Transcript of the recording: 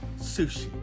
Sushi